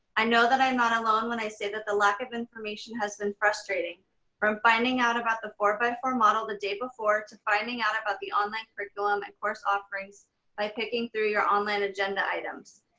i know that i'm not alone when i say that the lack of information has been frustrating from finding out about the four by four model the day before to finding out about the online curriculum and course offerings by picking through your online agenda items.